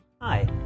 Hi